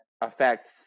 affects